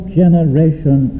generation